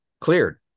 cleared